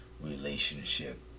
relationship